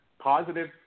positive